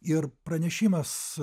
ir pranešimas